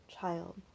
child